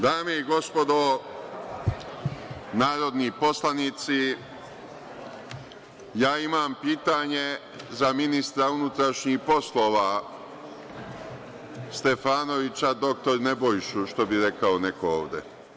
Dame i gospodo narodni poslanici, ja imam pitanje za ministra unutrašnjih poslova Stefanovića dr Nebojšu, što bi rekao neko ovde.